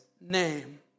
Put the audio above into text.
name